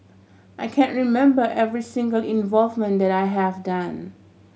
I can't remember every single involvement that I have done